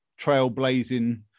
trailblazing